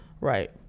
Right